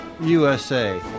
USA